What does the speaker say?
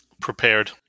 Prepared